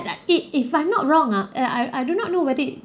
that it if I'm not wrong ah uh I I do not know whether it